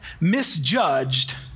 misjudged